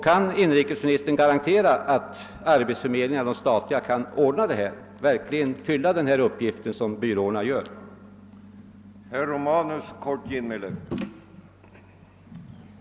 Kan inrikesministern garantera att de statliga arbetsförmedlingarna kan fullgöra de uppgifter som skrivbyråerna nu utför?